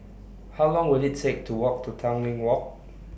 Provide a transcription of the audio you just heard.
How Long Will IT Take to Walk to Tanglin Walk